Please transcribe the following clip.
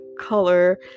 color